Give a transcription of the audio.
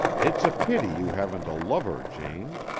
it's a pity you haven't a lover, jane,